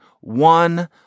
one